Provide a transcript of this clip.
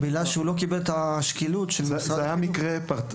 בגלל שהוא לא קיבל את השקילות של משרד החינוך.